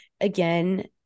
again